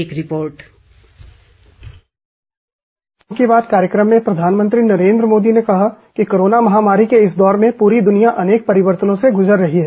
एक रिपोर्ट मन की बात कार्यक्रम में प्रधानमंत्री नरेन्द्र मोदी ने कहा कि कोरोना महामारी के इस दौर में प्ररी दुनिया अनेक परिवर्तनों के दौर से गुज़र रही है